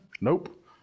Nope